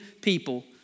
people